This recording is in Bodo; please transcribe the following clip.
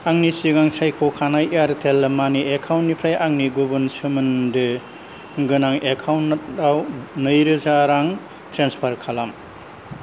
आंनि सिगां सायख'खानाय एयारटेल मानि एकाउन्टनिफ्राय आंनि गुबुन सोमोन्दो गोनां एकाउन्टाव नैरोजा रां ट्रेन्सफार खालाम